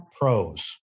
pros